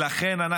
לכן,